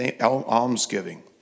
almsgiving